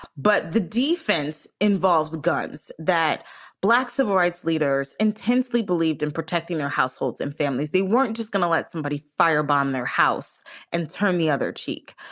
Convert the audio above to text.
but the defense involves guns that black civil rights leaders intensely believed in protecting their households and families. they weren't just going to let somebody firebomb their house and turn the other cheek.